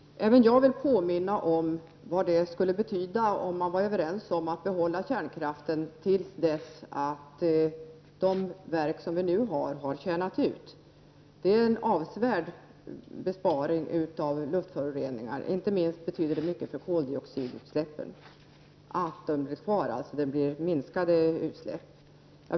Herr talman! Även jag vill påminna om vad det skulle betyda om man kom överens om att behålla kärnkraften till dess att de kärnkraftverk som nu finns har tjänat ut. Det skulle innebära en avsevärd besparing i form av minskade luftföroreningar, och inte minst betyder det mycket för att minska koldioxidutsläppen.